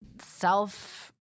self